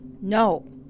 No